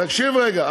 תקשיב רגע.